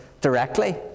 directly